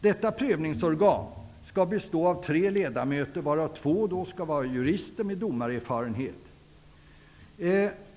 Detta prövningsorgan skall bestå av tre ledamöter, varav två skall vara jurister med domarerfarenhet.